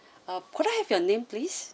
uh could I have your name please